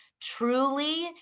truly